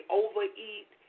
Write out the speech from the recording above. overeat